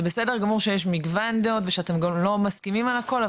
זה בסדר גמור שיש מגוון דעות ושאתם גם לא מסכימים על הכל,